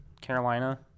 Carolina